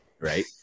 right